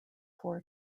four